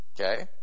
okay